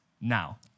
now